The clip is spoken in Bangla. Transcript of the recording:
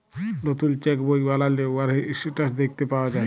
লতুল চ্যাক বই বালালে উয়ার ইসট্যাটাস দ্যাখতে পাউয়া যায়